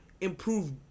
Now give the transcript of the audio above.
improve